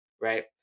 right